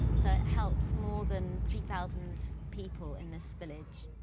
so it helps more than three thousand people in this village.